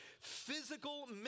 physical